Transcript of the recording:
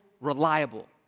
reliable